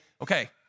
okay